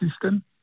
system